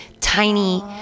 tiny